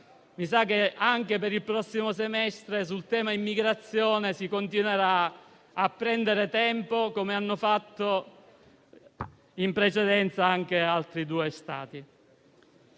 ritengo che anche per il prossimo semestre, sul tema dell'immigrazione, si continuerà a prendere tempo, così come hanno fatto, in precedenza, anche altri due Stati.